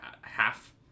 half